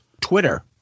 Twitter